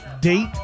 date